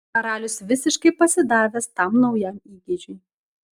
karalius visiškai pasidavęs tam naujam įgeidžiui